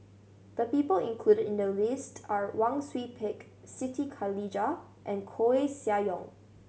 the people included in the list are Wang Sui Pick Siti Khalijah and Koeh Sia Yong